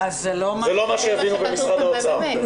זה לא מה שהבינו במשרד האוצר.